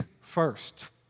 first